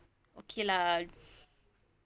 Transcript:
okay lah